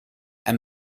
and